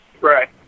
Right